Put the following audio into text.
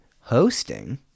hosting